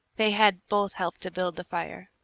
they had both helped to build the fire.